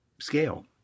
scale